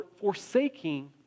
forsaking